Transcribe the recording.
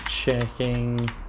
Checking